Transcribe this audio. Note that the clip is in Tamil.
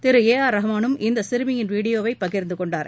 திரு ஏ ஆர் ரகுமானும் இந்த சிறுமியின் வீடியோவை பகிர்ந்து கொண்டார்